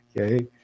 Okay